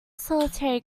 solitary